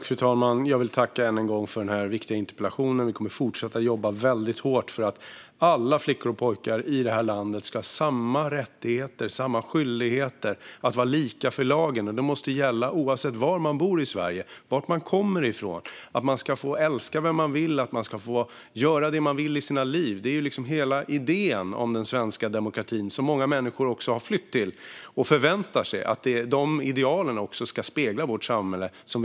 Fru talman! Jag vill än en gång tacka för denna viktiga interpellation. Vi kommer att fortsätta att jobba väldigt hårt för att alla flickor och pojkar i det här landet ska ha samma rättigheter och samma skyldigheter och vara lika inför lagen. Detta måste gälla oavsett var i Sverige man bor och varifrån man kommer. Att man ska få älska vem man vill och att man ska få göra det man vill i sitt liv är hela idén om den svenska demokratin, som många människor också har flytt till. De förväntar sig att dessa ideal ska avspeglas i det samhälle vi lever i.